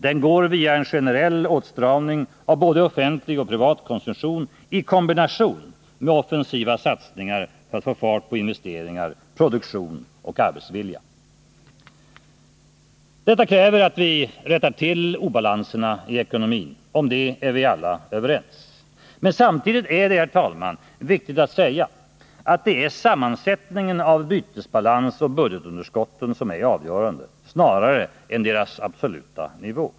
Den går via en generell åtstramning av både offentlig och privat konsumtion i kombination med offensiva satsningar för att få fart på investeringar, produktion och arbetsvilja. Detta kräver att vi rättar till obalanserna i ekonomin. Om detta är vi alla överens. Men samtidigt är det, herr talman, viktigt att säga att det är sammansättningen av bytesbalansoch budgetunderskotten som är avgörande, snarare än deras absoluta nivå.